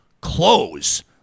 close